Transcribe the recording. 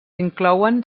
inclouen